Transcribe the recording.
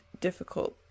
difficult